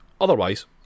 Otherwise